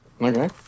Okay